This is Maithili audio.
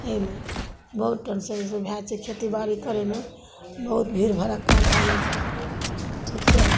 अय लै बहुत परेशानी छै वएह छै खेती बारी करय मे बहुत भीड़ भड़क्का भै जाइ छै ठीक छै